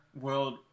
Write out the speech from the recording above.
world